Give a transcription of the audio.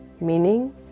Meaning